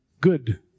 good